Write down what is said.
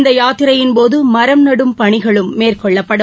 இந்த யாத்திரையின்போது மரம் நடும் பணிகளும் மேற்கொள்ளப்படும்